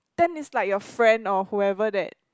then is like your friend or whoever that